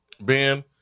Ben